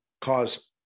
cause